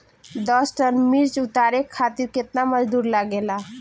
दस टन मिर्च उतारे खातीर केतना मजदुर लागेला?